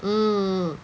mm